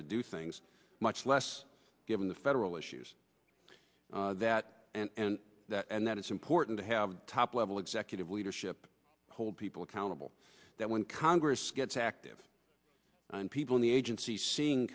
do things much less given the federal issues that and that and that it's important to have top level executive leadership hold people accountable that when congress gets active and people in the agency seeing